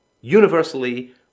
universally